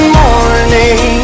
morning